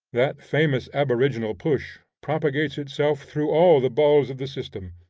that famous aboriginal push propagates itself through all the balls of the system,